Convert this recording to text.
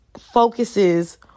focuses